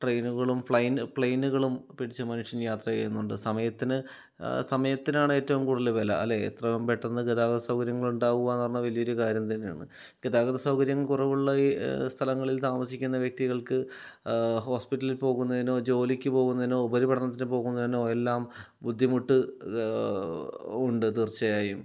ട്രെയിനുകളും പ്ലെയിൻ പ്ലെയിനുകളും പിടിച്ച് മനുഷ്യന് യാത്ര ചെയ്യുന്നുണ്ട് സമയത്തിന് സമയത്തിനാണ് ഏറ്റവും കൂടുതൽ വില അല്ലേ എത്രയും പെട്ടെന്ന് ഗതാഗത സൗകര്യങ്ങളുണ്ടാവുക എന്ന് പറഞ്ഞാൽ വലിയൊരു കാര്യം തന്നെയാണ് ഗതാഗത സൗകര്യം കുറവുള്ള ഈ സ്ഥലങ്ങളിൽ താമസിക്കുന്ന വ്യക്തികൾക്ക് ഹോസ്പിറ്റലിൽ പോകുന്നതിനോ ജോലിക്ക് പോകുന്നതിനോ ഉപരിപഠനത്തിന് പോകുന്നതിനോ എല്ലാം ബുദ്ധിമുട്ട് ഉണ്ട് തീർച്ചയായും